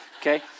Okay